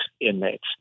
inmates